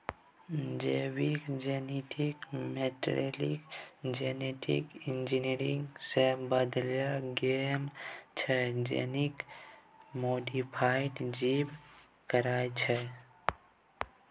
जे जीबक genetic material genetic engineering सँ बदलि गेल छै जेनेटिक मोडीफाइड जीब कहाइ छै